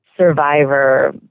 survivor